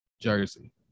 Jersey